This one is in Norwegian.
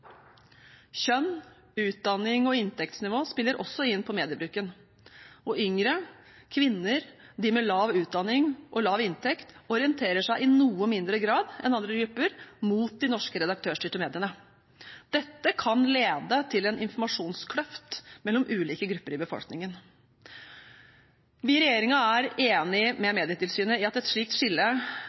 Kjønn, utdanning og inntektsnivå spiller også inn på mediebruken. Yngre, kvinner og de med lav utdanning og lav inntekt orienterer seg i noe mindre grad enn andre grupper mot de norske redaktørstyrte mediene. Dette kan lede til en informasjonskløft mellom ulike grupper i befolkningen. Vi i regjeringen er enig med Medietilsynet i at et slikt skille